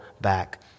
back